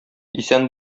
исән